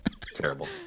Terrible